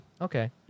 Okay